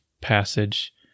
Passage